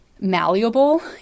malleable